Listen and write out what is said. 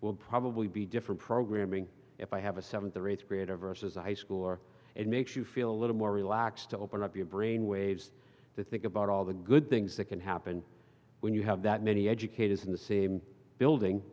will probably be different programming if i have a seventh or eighth grader versus i school or it makes you feel a little more relaxed to open up your brain waves to think about all the good things that can happen when you have that many educators in the same building